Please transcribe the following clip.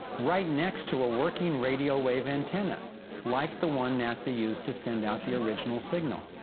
right next to a working radio wave antenna like the one nasa used to send out the original signal.